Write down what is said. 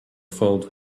filled